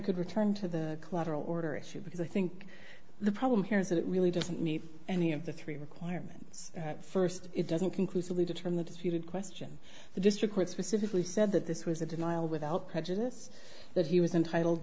could return to the collateral order issue because i think the problem here is that it really doesn't meet any of the three requirements at first it doesn't conclusively determine disputed question the district court specifically said that this was a denial without prejudice that he was entitled